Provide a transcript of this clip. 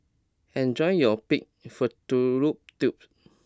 enjoy your Pig Fallopian Tubes